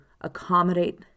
accommodate